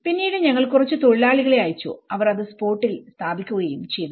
പിന്നീട് ഞങ്ങൾ കുറച്ചു തൊഴിലാളികളെ അയച്ചു അവർ അത് സ്പോട്ടിൽ സ്ഥാപിക്കുകയും ചെയ്തു